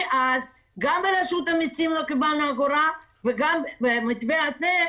מאז גם מרשות המסים לא קיבלנו אגורה וגם במתווה הזה,